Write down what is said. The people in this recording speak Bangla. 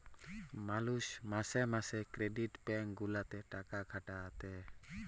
মালুষ মাসে মাসে ক্রেডিট ব্যাঙ্ক গুলাতে টাকা খাটাতে